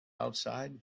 outside